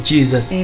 Jesus